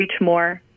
reachmore